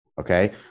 okay